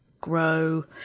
grow